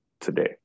today